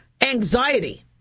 anxiety